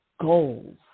goals